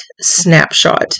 snapshot